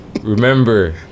remember